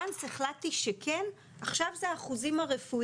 וואנס החלטתי שכן, עכשיו זה האחוזים הרפואיים.